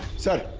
sir,